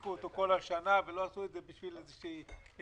החזיקו אותו כל השנה ולא עשו את זה בשביל איזושהי מניפולציה.